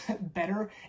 better